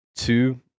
Two